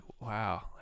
wow